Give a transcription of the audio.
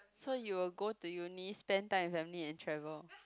so you will go to uni spend time with family and travel